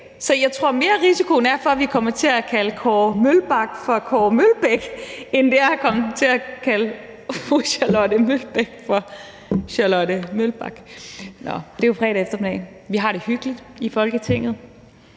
at der er større risiko for, at vi kommer til at kalde Kåre Mølbak for Kåre Mølbæk, end for at komme til at kalde fru Charlotte Broman Mølbæk for Charlotte Broman Mølbak. Nå, men det er jo fredag eftermiddag, og vi har det hyggeligt i Folketinget